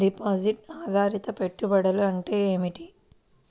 Deposit ఆధారిత పెట్టుబడులు అంటే ఏమిటి?